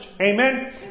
Amen